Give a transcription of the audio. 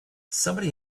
somebody